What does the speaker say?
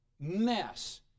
mess